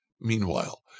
Meanwhile